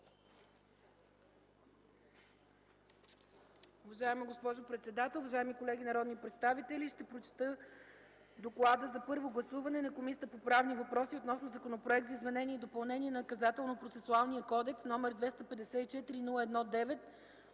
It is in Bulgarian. Уважаема госпожо председател, уважаеми колеги народни представители! Ще прочета „ДОКЛАД за първо гласуване на Комисията по правни въпроси относно Законопроект за изменение и допълнение на Наказателно-процесуалния кодекс, № 254-01-9,